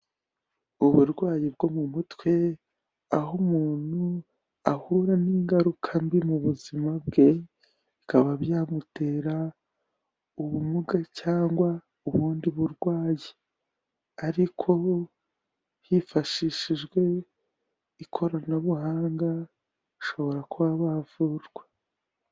Uburwayi bwo mu mutwe, aho umuntu ahura n'ingaruka mbi mu buzima bwe, bikaba byamutera ubumuga cyangwa ubundi burwayi ariko hifashishijwe ikoranabuhanga, bashobora kuba bavurwa.